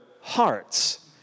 hearts